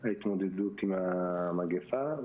ההתמודדות עם המגפה.